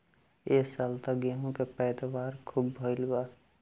ए साल त गेंहू के पैदावार खूब भइल बा